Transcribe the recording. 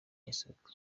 y’isoko